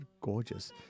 gorgeous